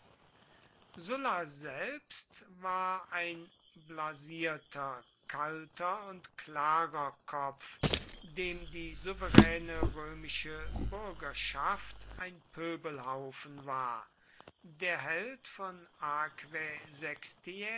sulla selbst war ein blasierter